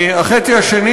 החצי השני